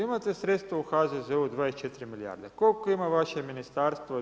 Imate sredstva u HZZO-u, 24 milijarde, koliko ima vaše ministarstvo?